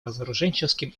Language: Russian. разоруженческим